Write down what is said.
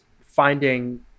finding